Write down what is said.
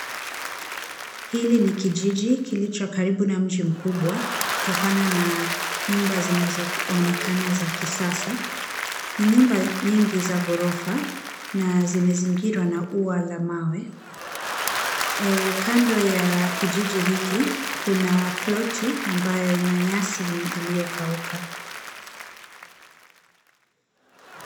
Hili ni kijiji kilicho karibu na mji mkubwa kutokana na nyumba zinazoonekana za kisasa. Ni nyumba nyingi za ghorofa na zimezingirwa na ua la mawe. Kando ya kijiji hiki kuna ploti ambayo inanyasi iliyokauka.